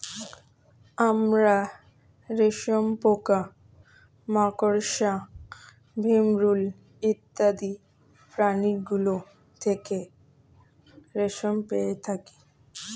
আমরা রেশম পোকা, মাকড়সা, ভিমরূল ইত্যাদি প্রাণীগুলো থেকে রেশম পেয়ে থাকি